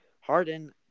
Harden